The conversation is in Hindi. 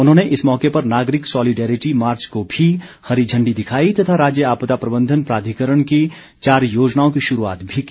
उन्होंने इस मौके पर नागरिक सौलिडेरिटी मार्च को भी हरी झण्डी दिखाई तथा राज्य आपदा प्रबंधन प्राधिकरण की चार योजनाओं की शुरूआत भी की